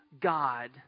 God